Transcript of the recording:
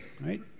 Right